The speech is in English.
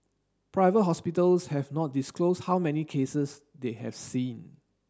private hospitals have not disclosed how many cases they have seen